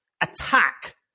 attack